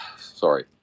Sorry